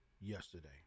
yesterday